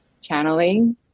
channeling